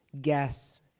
guess